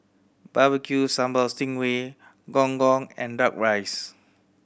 Barbecue Sambal sting ray Gong Gong and Duck Rice